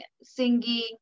singing